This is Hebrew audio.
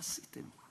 מה עשיתם?